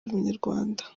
umunyarwanda